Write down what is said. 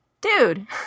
Dude